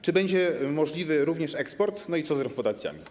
Czy będzie możliwy również eksport i co z refundacjami?